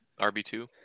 RB2